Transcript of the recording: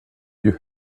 you